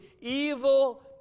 evil